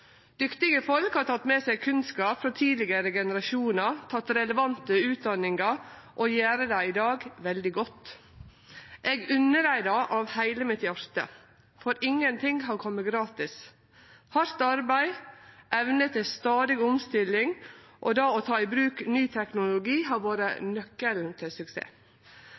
Dyktige folk har teke med seg kunnskap frå tidlegare generasjonar, har teke relevant utdanning og gjer det i dag veldig godt. Eg unner dei det av heile mitt hjarte, for ingen ting har kome gratis. Hardt arbeid, evne til stadig omstilling og det å ta i bruk ny teknologi har vore nøkkelen til suksess.